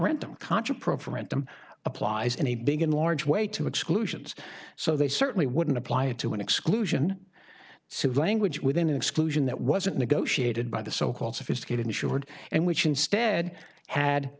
wrentham contra profer meant them applies in a big and large way to exclusions so they certainly wouldn't apply it to an exclusion suit language with an exclusion that wasn't negotiated by the so called sophisticated insured and which instead had